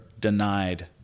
denied